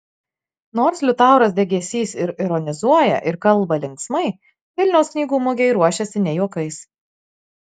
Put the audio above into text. nors liutauras degėsys ir ironizuoja ir kalba linksmai vilniaus knygų mugei ruošiasi ne juokais